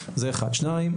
דבר שני,